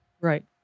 Right